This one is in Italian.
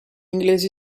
inglesi